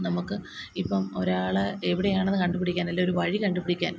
നമുക്ക് ഇപ്പോൾ ഒരാൾ എവിടെയാണെന്ന് കണ്ട് പിടിക്കാന് ഉള്ള ഒരു വഴി കണ്ട് പിടിക്കാന്